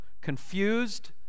confused